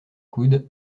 coude